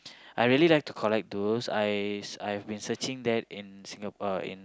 I really like to collect those I been searching that in Singa~ uh in